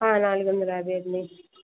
నాలుగు వందల యాభై అండి